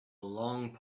long